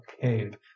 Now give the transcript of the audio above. cave